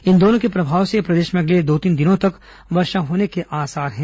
इन दोनों के प्रभाव से प्रदेश में अगले दो तीन दिनों तक वर्षा होने के आसार हैं